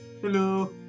Hello